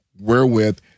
wherewith